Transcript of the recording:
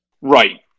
Right